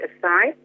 aside